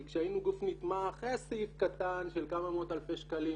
כי כשהיינו גוף נתמך היה סעיף קטן של כמה מאות אלפי שקלים,